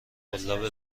قلاب